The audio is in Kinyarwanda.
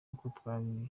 uko